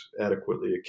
adequately